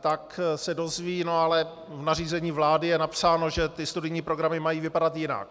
tak se dozví: No ale v nařízení vlády je napsáno, že studijní programy mají vypadat jinak.